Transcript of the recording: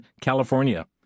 California